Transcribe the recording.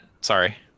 Sorry